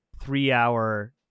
three-hour